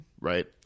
right